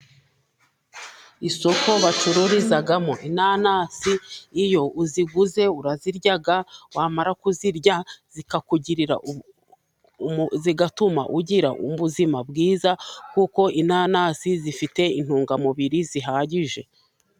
Isoko bacururizamo inanasi，iyo uziguze urazirya， wamara kuzirya zigatuma ugira ubuzima bwiza， kuko inanasi zifite intungamubiri zihagije.